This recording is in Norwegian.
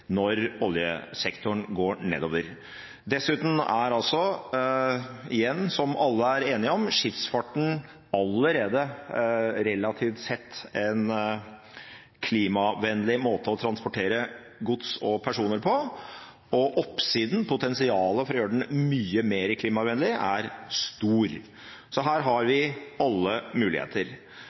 når oljesektoren går nedover. Dessuten er – igjen som alle er enige om – skipsfarten allerede relativt sett en klimavennlig måte å transportere gods og personer på, og potensialet for å gjøre den mye mer klimavennlig er stort. Så her har vi alle muligheter.